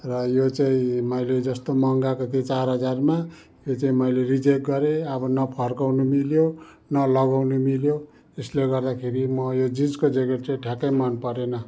र यो चाहिँ मैले जस्तो मगाएको थिएँ चार हजारमा यो चाहिँ मैले रिजेक्ट गरेँ अब न फर्काउनु मिल्यो न लगाउनु मिल्यो त्यसले गर्दाखेरि म यो जिन्सको ज्याकेट चाहिँ ठ्याक्कै मन परेन